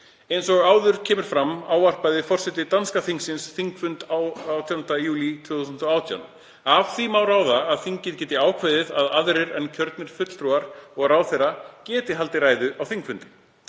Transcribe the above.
Eins og áður kemur fram ávarpaði forseti danska þingsins þingfund á Alþingi 18. júlí 2018. Af því má ráða að þingið geti ákveðið að aðrir en kjörnir fulltrúar og ráðherra geti haldið ræðu á þingfundi.